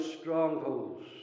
strongholds